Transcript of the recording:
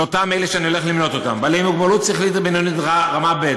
לאותם אלה שאני הולך למנות אותם: בעלי מוגבלות שכלית ובינונית רמה ב',